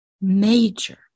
Major